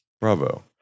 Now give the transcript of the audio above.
Bravo